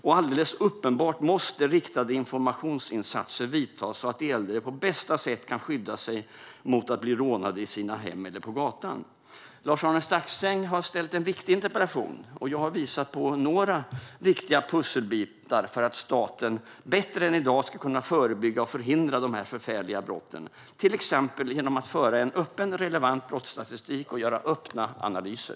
Och alldeles uppenbart måste riktade informationsinsatser göras så att de äldre på bästa sätt kan skydda sig mot att bli rånade i sina hem eller på gatan. Lars-Arne Staxäng har ställt en viktig interpellation, och jag har visat på några viktiga pusselbitar för att staten bättre än i dag ska kunna förebygga och förhindra dessa förfärliga brott. Exempelvis kan man föra en öppen och relevant brottsstatistik och göra öppna analyser.